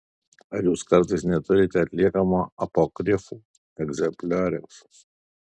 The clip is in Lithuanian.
ar jūs kartais neturite atliekamo apokrifų egzemplioriaus